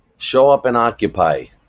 show up and occupy!